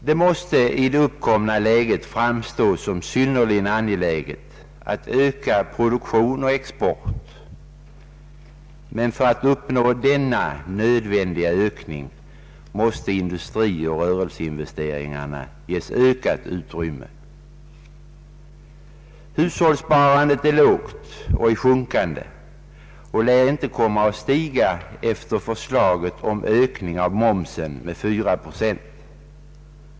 Det måste i det uppkomna läget framstå som synnerligen angeläget att öka produktion och export. Men för att man skall kunna uppnå denna nödvändiga ökning måste industrioch rörelseinvesteringarna ges ökat utrymme. Hushållssparandet är lågt och i sjunkande, och det lär inte komma att stiga efter förslaget om ökning av momsen med fyra procent.